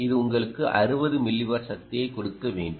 இது உங்களுக்கு 60 மில்லிவாட் சக்தியைக் கொடுக்க வேண்டும்